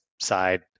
side